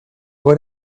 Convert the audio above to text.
what